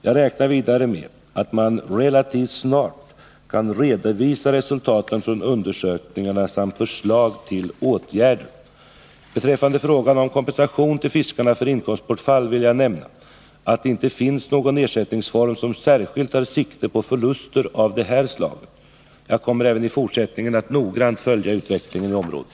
Jag räknar vidare med att man relativt snart kan redovisa resultaten från undersökningarna samt förslag till åtgärder. Beträffande frågan om kompensation till fiskarna för inkomstbortfall vill jag nämna att det inte finns någon ersättningsform som särskilt tar sikte på förluster av det här slaget. Jag kommer även i fortsättningen att noggrant följa utvecklingen i området.